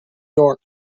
york